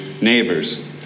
neighbors